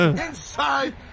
inside